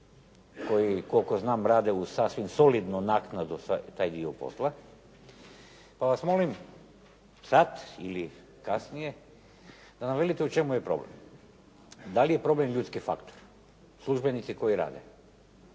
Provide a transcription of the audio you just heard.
koji koliko znam rade uz sasvim solidnu naknadu za taj dio posla, pa vas molim sad ili kasnije da nam velite u čemu je problem. Da li je problem ljudski faktor, službenici koji rade?